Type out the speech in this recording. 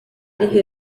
ari